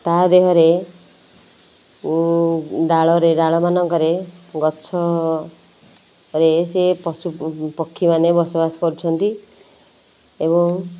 ତା ଦେହରେ ଡାଳରେ ଡାଳ ମାନଙ୍କରେ ଗଛରେ ସେ ପଶୁ ପକ୍ଷୀମାନେ ବସବାସ କରୁଛନ୍ତି ଏବଂ